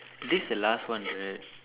this the last one right